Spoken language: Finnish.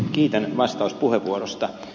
kiitän vastauspuheenvuorosta